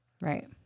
Right